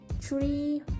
three